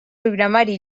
programari